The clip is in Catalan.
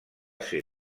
ser